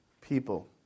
people